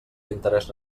interés